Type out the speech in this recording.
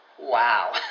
wow